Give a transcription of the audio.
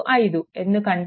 25 ఎందుకంటే ఇది 0